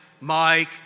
Mike